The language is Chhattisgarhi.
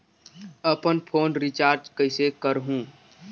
अपन फोन रिचार्ज कइसे करहु?